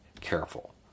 careful